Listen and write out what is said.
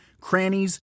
crannies